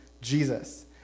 Jesus